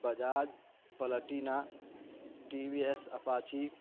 Bajaj Platina T V S Apache